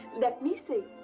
let me see.